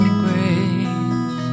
grace